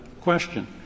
question